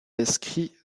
inscrit